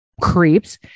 creeps